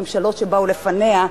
הממשלות שבאו לפניה,